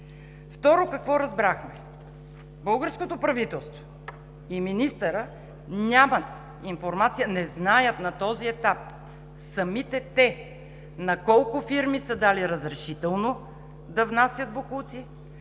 Второ, какво разбрахме?! Българското правителство и министърът нямат информация, не знаят на този етап самите те на колко фирми са дали разрешително да внасят боклуци,